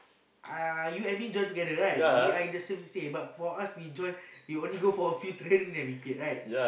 uh you and me join together right we are in the same C_C_A but for us we join we only go for a few training then we quit right